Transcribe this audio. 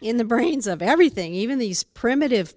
in the brains of everything even these primitive